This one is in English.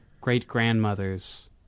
great-grandmother's